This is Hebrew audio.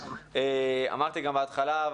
אמרתי גם בהתחלה,